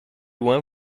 loin